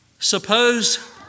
Suppose